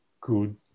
good